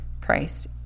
Christ